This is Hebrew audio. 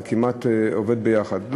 זה כמעט עובד ביחד.